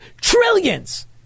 Trillions